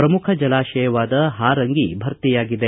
ಪ್ರಮುಖ ಜಲಾಶಯವಾದ ಹಾರಂಗಿ ಭರ್ತಿಯಾಗಿದೆ